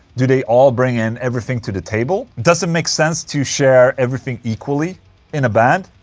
do they all bring in everything to the table? does it make sense to share everything equally in a band?